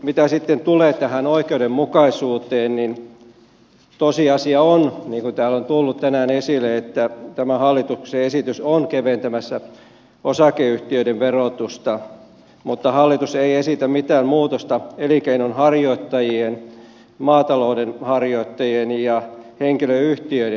mitä sitten tulee tähän oikeudenmukaisuuteen niin tosiasia on niin kuin täällä on tullut tänään esille että tämä hallituksen esitys on keventämässä osakeyhtiöiden verotusta mutta hallitus ei esitä mitään muutosta elinkeinonharjoittajien maatalouden harjoittajien ja henkilöyhtiöiden verotukseen